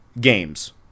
games